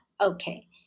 Okay